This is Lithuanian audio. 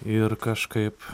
ir kažkaip